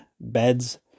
beds